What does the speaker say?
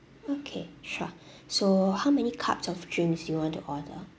okay sure so how many cups of drinks you want to order